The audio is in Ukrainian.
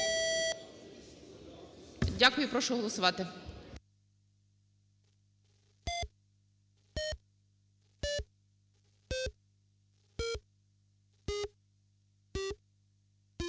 Дякую. Прошу голосувати.